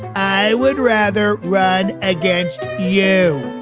i would rather run against you